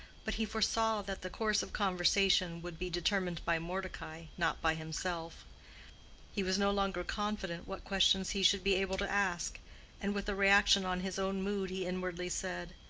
but he foresaw that the course of conversation would be determined by mordecai, not by himself he was no longer confident what questions he should be able to ask and with a reaction on his own mood, he inwardly said,